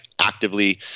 actively